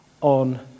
on